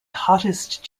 hottest